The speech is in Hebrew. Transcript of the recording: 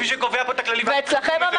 מי שקובע את הכללים זה ---,